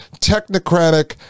technocratic